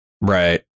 Right